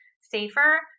safer